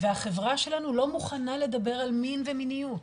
והחברה שלנו לא מוכנה לדבר על מין ומיניות.